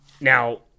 Now